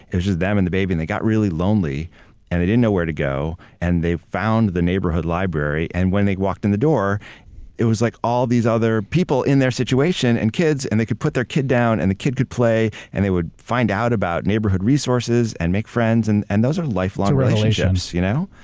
it was just them and the baby and they got really lonely and they didn't know where to go. they found the neighborhood library and when they walked in the door it was like all these other people in their situation and kids and they could put their kid down and the kid could play. they would find out about neighborhood resources and make friends and and those are lifelong relationships. you know